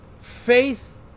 faith